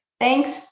thanks